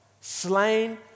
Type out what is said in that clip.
slain